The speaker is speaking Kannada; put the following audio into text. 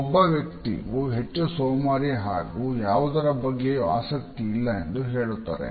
ಒಬ್ಬವ್ಯಕ್ತಿಯು ಹೆಚ್ಚು ಸೋಮಾರಿ ಹಾಗು ಯಾವುದರ ಬಗ್ಗೆಯೂ ಆಸಕ್ತಿ ಇಲ್ಲಎಂದು ಹೇಳುತ್ತದೆ